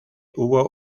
hubo